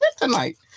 tonight